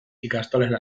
ikastolen